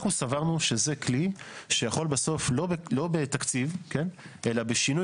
אנחנו סברנו שזה כלי שיכול בסוף לא בתקציב אלא בשינוי